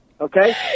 Okay